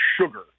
Sugar